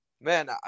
man